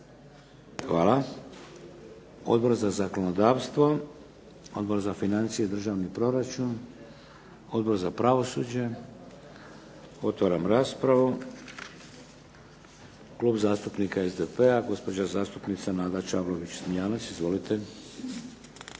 Hvala. Odbor za zakonodavstvo? Odbor za financije i državni proračun? Odbor za pravosuđe? Otvaram raspravu. Klub zastupnika SDP-a, gospođa zastupnica Nada Čavlović Smiljanec. Izvolite.